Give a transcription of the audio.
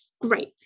Great